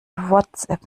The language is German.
whatsapp